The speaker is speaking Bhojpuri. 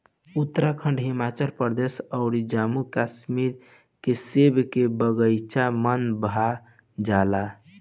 उत्तराखंड, हिमाचल अउर जम्मू कश्मीर के सेब के बगाइचा मन भा जाला